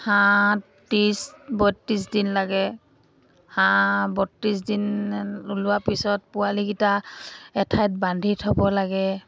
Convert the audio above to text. হাঁহ ত্ৰিছ বত্ৰিছ দিন লাগে হাঁহ বত্ৰিছ দিন ওলোৱাৰ পিছত পোৱালিকিটা এঠাইত বান্ধি থ'ব লাগে